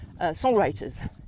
songwriters